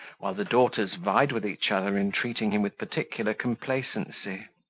while the daughters vied with each other in treating him with particular complacency.